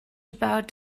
about